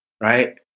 right